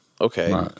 Okay